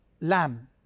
lamb